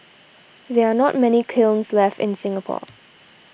there are not many kilns left in Singapore